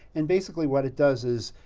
and basically, what it does is,